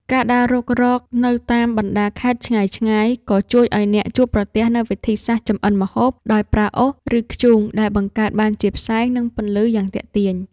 ការដើររុករកនៅតាមបណ្ដាខេត្តឆ្ងាយៗ ក៏ជួយឱ្យអ្នកជួបប្រទះនូវវិធីសាស្ត្រចម្អិនម្ហូបដោយប្រើអុស ឬធ្យូង ដែលបង្កើតបានជាផ្សែង និងពន្លឺយ៉ាងទាក់ទាញ។